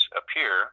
appear